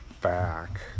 back